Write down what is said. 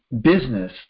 business